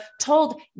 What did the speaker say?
told